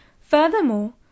Furthermore